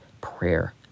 prayer